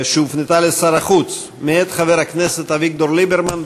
שהופנתה לשר החוץ, מאת חבר הכנסת אביגדור ליברמן.